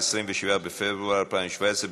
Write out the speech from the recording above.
27 בפברואר 2017,